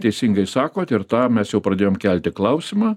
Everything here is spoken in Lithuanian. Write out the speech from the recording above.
teisingai sakot ir tą mes jau pradėjom kelti klausimą